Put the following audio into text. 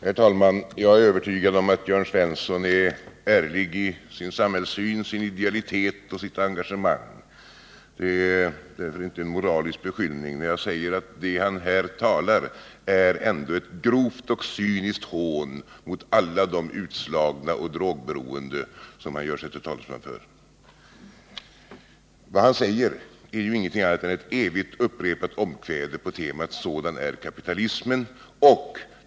Herr talman! Jag är övertygad om att Jörn Svensson är ärlig i sin samhällssyn, sin idealitet och sitt engagemang. Det är därför inte en moralisk beskyllning när jag säger, att det som han här framhåller ändå är ett grovt och cyniskt hån mot alla de utslagna och drogberoende som han gör sig till talesman för. Vad han säger är ju ingenting annat än ett evigt upprepat omkväde på temat ”sådan är kapitalismen”.